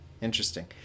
Interesting